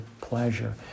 pleasure